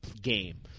game